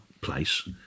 place